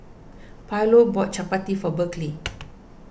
Paulo bought Chappati for Berkley